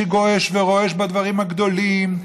שגועש ורועש בדברים הגדולים,